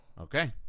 Okay